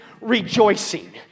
Rejoicing